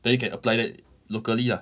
then you can apply that locally ah